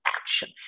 action